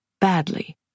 badly